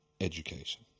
education